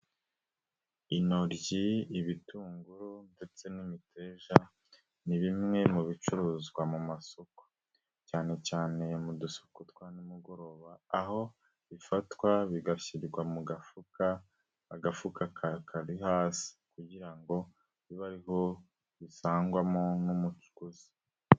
Intoryi ibitunguru ndetse n'imiteja ni bimwe mu bicuruzwa mu masoko cyane cyane mu dusoko twa nimugoroba aho bifatwa bigashyirwa mu gafuka agafuka kari hasi kugira ngo bibe ariho bisangwamo nk'umucuruzi.